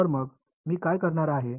तर मग मी काय करणार आहे